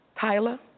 Tyler